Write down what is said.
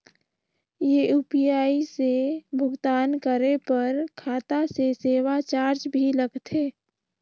ये यू.पी.आई से भुगतान करे पर खाता से सेवा चार्ज भी लगथे?